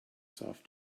soft